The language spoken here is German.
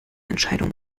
entscheidung